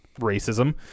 racism